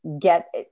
get